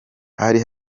hari